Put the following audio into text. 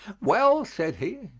well, said he,